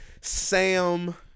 Sam